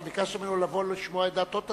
אתה ביקשת ממנו לבוא, ולשמוע את דעתו.